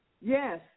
Yes